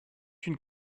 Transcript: une